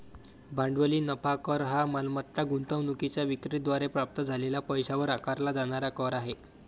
भांडवली नफा कर हा मालमत्ता गुंतवणूकीच्या विक्री द्वारे प्राप्त झालेल्या पैशावर आकारला जाणारा कर आहे